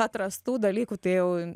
atrastų dalykų tai